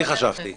תחליף אותי.